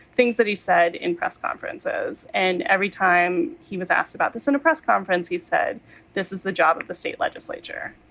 things that he said in press conferences. and every time he was asked about this in a press conference, he said this is the job of the state legislature